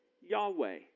Yahweh